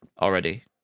already